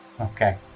okay